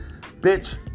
bitch